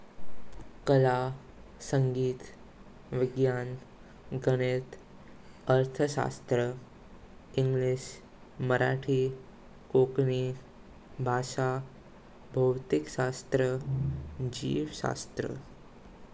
कला, संगीत, विज्ञान, गणित, अर्थशास्त्र, इंग्लिश, मराठी, कोंकणी, भाषा, भौतिकशास्त्र, जीव शास्त्र।